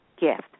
gift